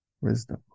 Wisdom